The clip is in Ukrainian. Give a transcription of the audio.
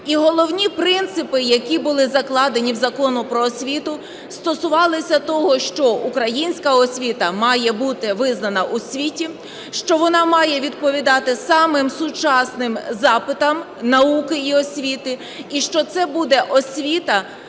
І головні принципи, які були закладені в Закон "Про освіту", стосувалися того, що українська освіта має бути визнана у світі, що вона має відповідати самим сучасним запитам науки і освіти, і що це буде освіта,